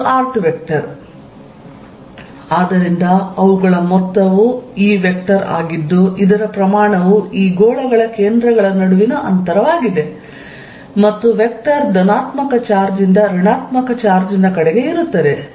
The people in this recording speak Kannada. ಆದ್ದರಿಂದ ಅವುಗಳ ಮೊತ್ತವು ಈ ವೆಕ್ಟರ್ ಆಗಿದ್ದು ಇದರ ಪ್ರಮಾಣವು ಈ ಗೋಳಗಳ ಕೇಂದ್ರಗಳ ನಡುವಿನ ಅಂತರವಾಗಿದೆ ಮತ್ತು ವೆಕ್ಟರ್ ಧನಾತ್ಮಕ ಚಾರ್ಜ್ ಇಂದ ಋಣಾತ್ಮಕ ಚಾರ್ಜ್ ನ ಕಡೆಗೆ ಇರುತ್ತದೆ